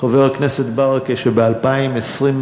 חבר הכנסת ברכה, שבין 2021